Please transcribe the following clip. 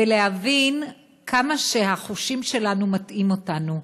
ולהבין כמה שהחושים שלנו מטעים אותנו,